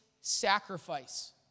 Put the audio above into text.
sacrifice